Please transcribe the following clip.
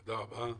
תודה רבה.